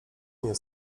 nie